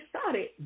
started